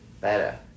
Better